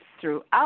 throughout